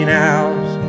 hours